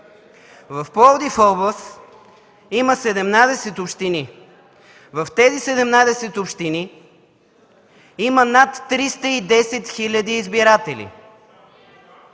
В Пловдив – област, има 17 общини. В тези 17 общини има над 310 хиляди избиратели.